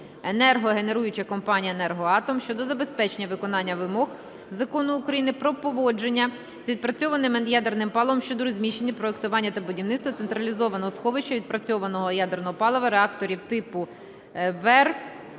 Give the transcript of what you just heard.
енергогенеруюча компанія "Енергоатом" щодо забезпечення виконання вимог Закону України "Про поводження з відпрацьованим ядерним паливом щодо розміщення, проектування та будівництва централізованого сховища відпрацьованого ядерного палива реакторів типу ВВЕР